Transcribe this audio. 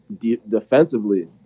defensively